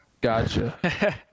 Gotcha